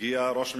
מגיע ראש ממשלה,